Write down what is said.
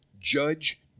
judge